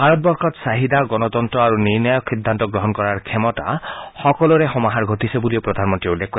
ভাৰতবৰ্যত চাহিদা গণতন্ত্ৰ আৰু নিৰ্ণায়ক সিদ্ধান্ত গ্ৰহণ কৰাৰ ক্ষমতা সকলোৰে সমাহাৰ ঘটিছে বুলি প্ৰধানমন্ৰীয়ে উল্লেখ কৰে